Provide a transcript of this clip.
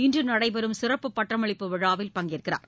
இன்று நடைபெறும் சிறப்பு பட்டமளிப்பு விழாவில் பங்கேற்கிறார்